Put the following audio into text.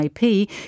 IP